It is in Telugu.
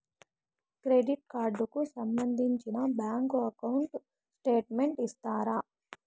క్రెడిట్ కార్డు కు సంబంధించిన బ్యాంకు అకౌంట్ స్టేట్మెంట్ ఇస్తారా?